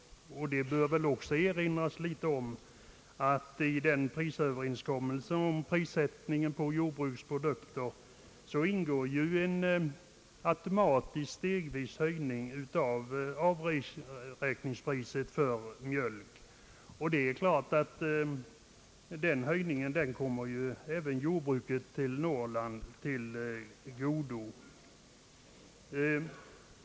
Det bör också erinras om att det skrevs att i överenskommelsen om prissättningen på jordbruksprodukter ingår en automatisk höjning stegvis av avräkningspriset för mjölk. Denna höjning kommer givetvis också jordbruket i Norrland till godo.